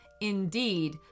Indeed